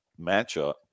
matchup